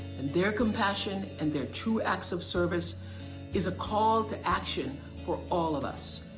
and their compassion and their true acts of service is a call to action for all of us.